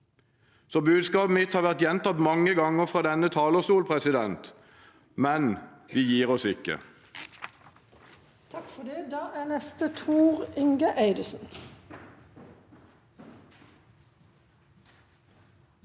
Budskapet mitt har vært gjentatt mange ganger fra denne talerstol, men vi gir oss ikke.